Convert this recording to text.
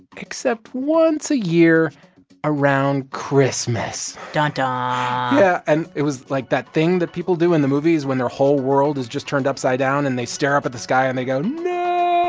except once a year around christmas dun-duh yeah. and it was like that thing that people do in the movies when their whole world is just turned upside down, and they stare up at the sky. and they go, no